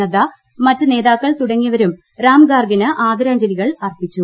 നദ്ദ മറ്റ് നേതാക്കൾ തുടങ്ങിയവരും റാം ഗാർഗിന് ആദരാഞ്ജലികൾ അർപ്പിച്ചു